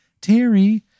Terry